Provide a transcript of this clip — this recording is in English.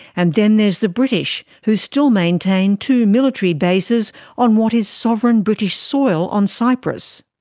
and then there's the british, who still maintain two military bases on what is sovereign british soil on cyprus.